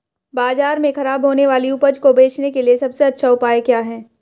बाजार में खराब होने वाली उपज को बेचने के लिए सबसे अच्छा उपाय क्या हैं?